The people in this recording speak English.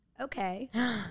Okay